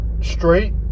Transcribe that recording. straight